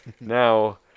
Now